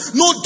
no